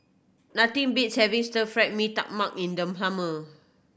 nothing beats having Stir Fried Mee Tai Mak in the summer